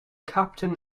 captain